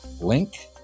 Link